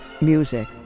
music